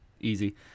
Easy